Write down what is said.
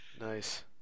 Nice